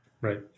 Right